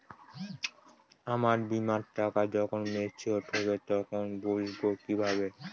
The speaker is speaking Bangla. আমার বীমার টাকা যখন মেচিওড হবে তখন বুঝবো কিভাবে?